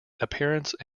appearance